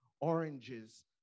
oranges